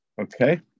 Okay